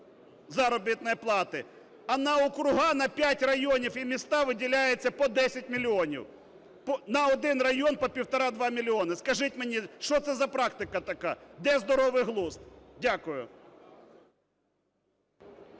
а на округи, на 5 районів і міста виділяється по 10 мільйонів, на 1 район по 1,5 – 2 мільйони. Скажіть мені, що це за практика така? Де здоровий глузд? Дякую.